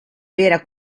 vera